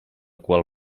qual